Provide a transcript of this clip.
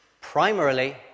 primarily